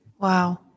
Wow